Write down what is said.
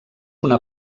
una